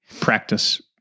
practice